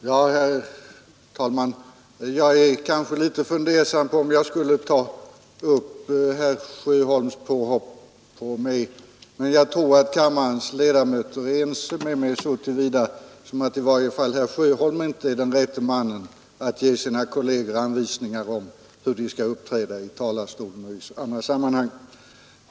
Herr talman! Jag är kanske litet fundersam om jag skall ta upp herr Sjöholms påhopp. Men jag tror att kammarens ledamöter är ense med mig så till vida att i varje fall herr Sjöholm inte är rätte mannen att ge sina kolleger anvisningar om hur de skall uppträda i talarstolen och i andra sammanhang.